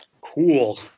Cool